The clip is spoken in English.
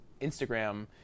Instagram